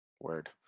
word